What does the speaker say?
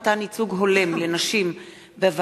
הצעת חוק מתן ייצוג הולם לנשים בוועדות